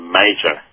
major